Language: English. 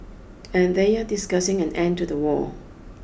and they are discussing an end to the war